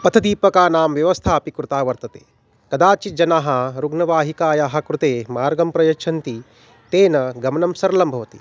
पथदीपकानां व्यवस्था अपि कृता वर्तते कदाचित् जनाः रुग्णवाहिकायाः कृते मार्गं प्रयच्छन्ति तेन गमनं सरलं भवति